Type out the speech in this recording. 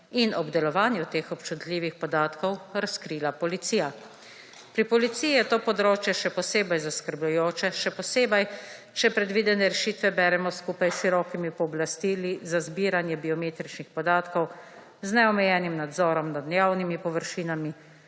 in obdelovanje teh občutljivih podatkov razkrila policija. Pri policiji je to področje še posebej zaskrbljujoče, še posebej, če predvidene rešitve beremo skupaj s širokimi pooblastili za zbiranje biometričnih podatkov, z neomejenim nadzorom nad javnimi površinami,